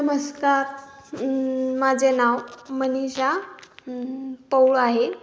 नमस्कार माझे नाव मनीषा पऊळ आहे